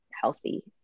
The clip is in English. healthy